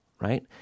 right